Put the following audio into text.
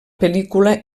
pel·lícula